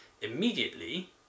Immediately